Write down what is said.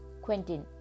Quentin